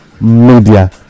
media